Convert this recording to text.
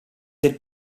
del